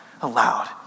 aloud